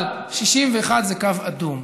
61 זה קו אדום.